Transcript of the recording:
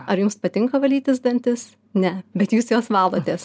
ar jums patinka valytis dantis ne bet jūs juos valotės